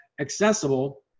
accessible